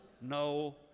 no